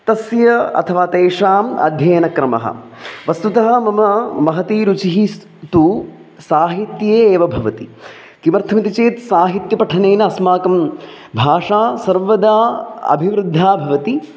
तस्य अथवा तेषाम् अध्ययनक्रमः वस्तुतः मम महती रुचिः स् तु साहित्ये एव भवति किमर्थमिति चेत् साहित्यपठनेन अस्माकं भाषायाः सर्वदा अभिवृद्धिः भवति